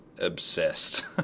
Obsessed